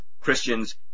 Christians